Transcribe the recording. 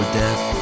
death